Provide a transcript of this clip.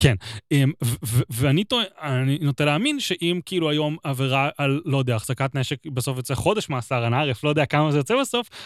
כן, ואני נוטה להאמין שאם כאילו היום עבירה על, לא יודע, החזקת נשק בסוף יוצא חודש מאסר, אנערף, לא יודע כמה זה יוצא בסוף.